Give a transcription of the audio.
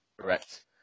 Correct